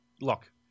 look